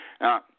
Now